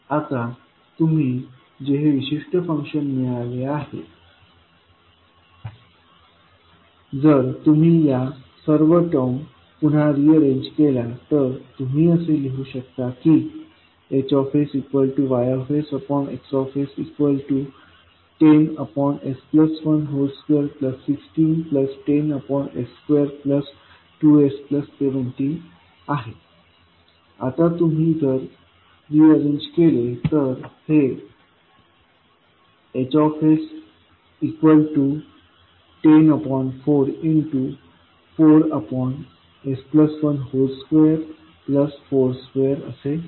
आता तुम्हाला जे हे विशिष्ट फंक्शन मिळाले आहे जर तुम्ही ह्या टर्म पुन्हा रीअरेंज केल्या तर तुम्ही असे लिहू शकता की HsYX10s121610s22s17 आता तुम्ही जर रीअरेंज केले तर हे Hs1044s1242असे होईल